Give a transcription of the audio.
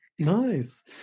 nice